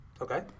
Okay